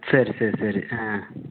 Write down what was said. சரி சரி சரி ஆ